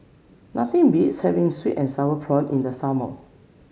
nothing beats having sweet and sour prawns in the summer